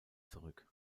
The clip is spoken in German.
zurück